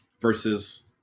versus